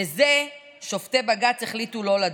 בזה שופטי בג"ץ החליטו לא לדון.